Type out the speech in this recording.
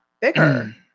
bigger